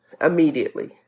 immediately